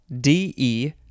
D-E